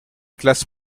classes